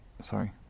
sorry